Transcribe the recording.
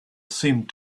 seemed